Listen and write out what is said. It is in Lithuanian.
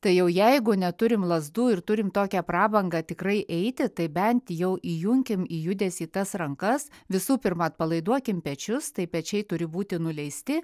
tai jau jeigu neturim lazdų ir turim tokią prabangą tikrai eiti tai bent jau įjunkim į judesį tas rankas visų pirma atpalaiduokim pečius tai pečiai turi būti nuleisti